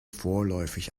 vorläufig